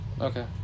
Okay